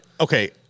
Okay